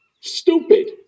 Stupid